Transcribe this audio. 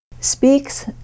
speaks